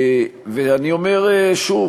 הוא בעד לתת לציבור